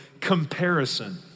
comparison